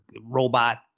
robot